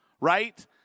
right